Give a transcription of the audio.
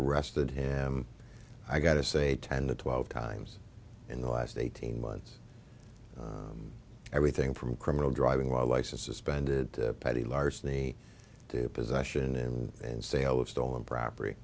arrested him i got to say ten to twelve times in the last eighteen months everything from criminal driving while license suspended petty larceny to possession and sale of stolen property